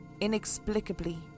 inexplicably